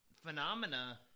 phenomena